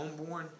homeborn